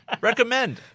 Recommend